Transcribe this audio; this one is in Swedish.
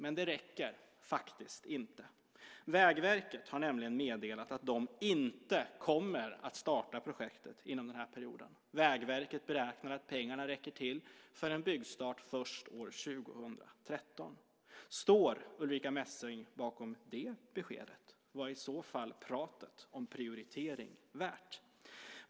Men det räcker faktiskt inte. Vägverket har nämligen meddelat att man inte kommer att starta projektet inom denna period. Vägverket beräknar att pengarna räcker för en byggstart först år 2013. Står Ulrica Messing bakom det beskedet? Vad är i så fall talet om prioritering värt?